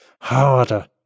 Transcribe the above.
Harder